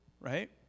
Right